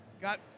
got